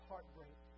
heartbreak